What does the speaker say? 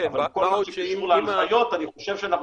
אבל עם מה שקשור להנחיות אני חושב שאנחנו